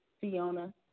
Fiona